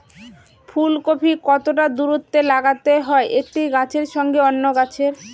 ফুলকপি কতটা দূরত্বে লাগাতে হয় একটি গাছের সঙ্গে অন্য গাছের?